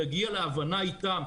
שנגיע להבנה איתן.